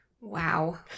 Wow